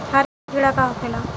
हरा कीड़ा का होखे ला?